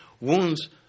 Wounds